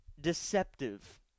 deceptive